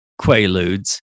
quaaludes